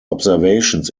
observations